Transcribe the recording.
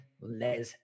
Les